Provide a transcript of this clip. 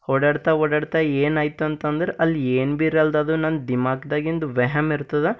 ಓಡ್ಯಾಡ್ತಾ ಓಡ್ಯಾಡ್ತಾ ಏನು ಆಯ್ತಂತಂದರೆ ಅಲ್ಲಿ ಏನು ಬಿ ಇರಲ್ಲದದು ನನ್ನ ಧಿಮಾಕ್ದ್ಯಾಗಿಂದು ವ್ಯಹಮ್ಮಿರ್ತದ